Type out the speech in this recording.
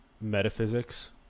metaphysics